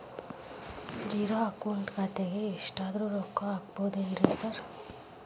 Zero account ಖಾತ್ಯಾಗ ಎಷ್ಟಾದ್ರೂ ರೊಕ್ಕ ಹಾಕ್ಬೋದೇನ್ರಿ ಸಾರ್?